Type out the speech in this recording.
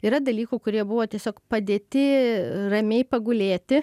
yra dalykų kurie buvo tiesiog padėti ramiai pagulėti